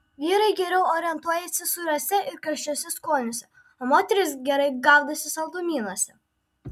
vyrai geriau orientuojasi sūriuose ir karčiuose skoniuose o moterys gerai gaudosi saldumynuose